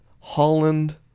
Holland